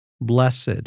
Blessed